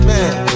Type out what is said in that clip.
Man